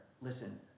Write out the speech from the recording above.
listen